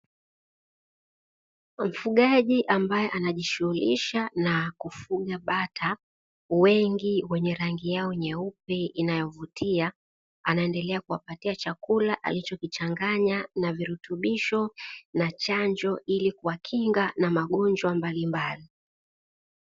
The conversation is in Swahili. Mfugaji ambaye anajishughulisha na kufuga bata wengi wenye rangi yao nyeupe inayovutia, anaendelea kuwapatia chakula alichokichanganya na virutubisho na chanjo ili kuwakinga na magonjwa mbalimbali.